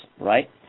right